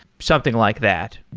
something like that.